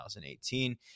2018